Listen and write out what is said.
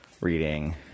reading